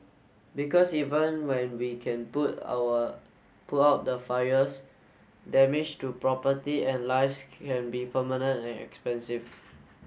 because even when we can put our put out the fires damage to property and lives can be permanent and expensive